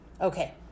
Okay